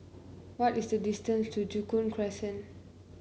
what is the distance to Joo Koon Crescent